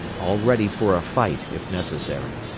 all ready for a fight if necessary.